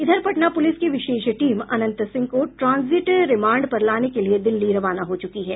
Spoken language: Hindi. इधर पटना पुलिस की विशेष टीम अनंत सिंह को ट्राजिट रिमांड पर लाने के लिए दिल्ली रवाना हो चुकी है